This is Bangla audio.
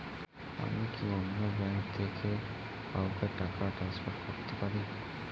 আমি কি অন্য ব্যাঙ্ক থেকে কাউকে টাকা ট্রান্সফার করতে পারি?